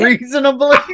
reasonably